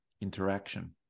interaction